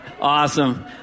Awesome